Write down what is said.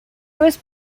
was